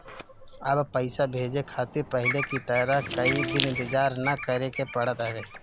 अब पइसा भेजे खातिर पहले की तरह कई दिन इंतजार ना करेके पड़त हवे